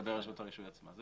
לגבי רשות הרישוי עצמה.